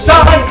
Son